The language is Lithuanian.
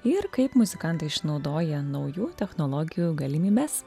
ir kaip muzikantai išnaudoja naujų technologijų galimybes